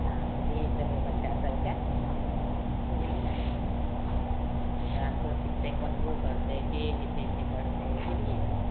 हँ भेजि देबै बच्चा सभकेँ बुझलिए ने डान्सो सिखतै पढ़बो करतै जे भी से से करतै बुझलिए ने